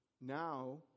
now